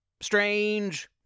strange